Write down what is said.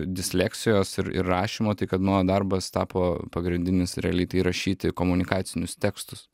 disleksijos ir ir rašymo tai kad mano darbas tapo pagrindinis realiai tai rašyti komunikacinius tekstus